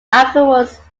afterwards